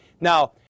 Now